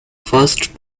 first